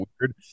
weird